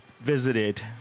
visited